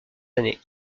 années